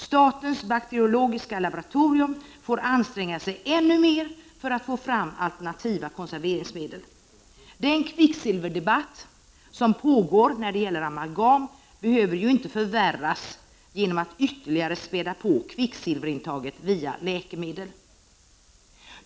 Statens bakteriologiska laboratorium får anstränga sig ännu mer för att få fram alternativa konserveringsmedel. Den kvicksilverdebatt som pågår när det gäller amalgam behöver inte förvärras genom att ytterligare späda på kvicksilverintaget via läkemedel.